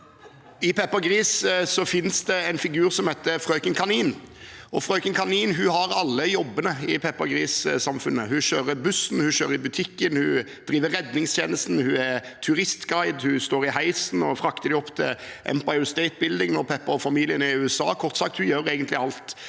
I Peppa Gris finnes det en figur som heter Frøken Kanin. Frøken Kanin har alle jobbene i Peppa Grissamfunnet. Hun kjører bussen, hun står i butikken, hun driver redningstjenesten, hun er turistguide, hun står i heisen og frakter Peppa og familien opp til Empire State Building når de er i USA.